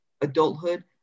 adulthood